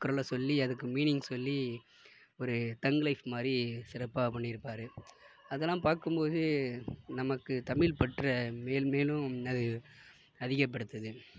குறளை சொல்லி அதுக்கு ஒரு மீனிங் சொல்லி ஒரு தங்லைஃப் மாதிரி சிறப்பாக பண்ணியிருப்பாரு அதல்லாம் பார்க்கும்போது நமக்கு தமிழ் பற்றை மேன் மேலும் அது அதிக படுத்துது